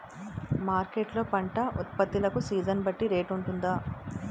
Market లొ పంట ఉత్పత్తి లకు సీజన్ బట్టి రేట్ వుంటుందా?